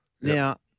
Now